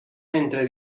entre